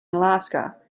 alaska